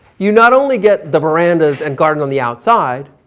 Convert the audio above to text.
you not only get the verandas and garden on the outside,